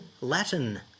Latin